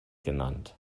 genannt